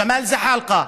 ג'מאל זחאלקה,